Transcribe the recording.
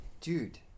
Dude